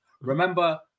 Remember